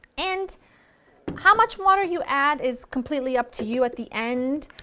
and how much water you add is completely up to you at the end,